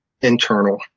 internal